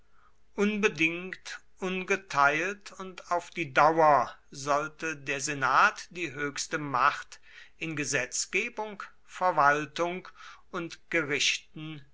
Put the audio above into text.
unbedingt ungeteilt und auf die dauer sollte der senat die höchste macht in gesetzgebung verwaltung und gerichten